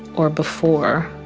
or before,